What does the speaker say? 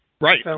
Right